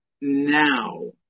now